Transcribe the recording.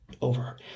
over